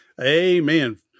Amen